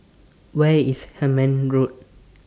Where IS Hemmant Road